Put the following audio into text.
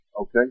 okay